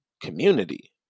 community